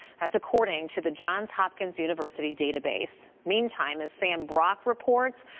that's according to the johns hopkins university database. meantime as sam brock reports,